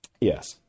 Yes